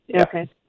Okay